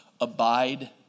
Abide